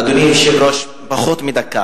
אדוני היושב-ראש, פחות מדקה.